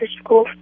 school